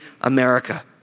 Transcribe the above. America